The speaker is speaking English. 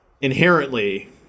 inherently